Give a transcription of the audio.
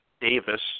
Davis